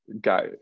guy